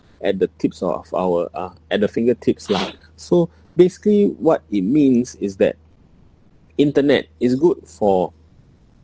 at the tips of our uh at the fingertips lah so basically what it means is that internet is good for